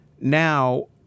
now